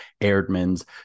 Airdman's